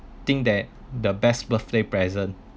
think that the best birthday present